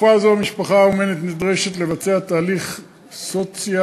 בתקופה זו המשפחה האומנת נדרשת לבצע תהליך סוציאליזציה,